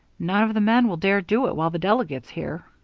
none of the men will dare do it while the delegate's here.